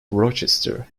rochester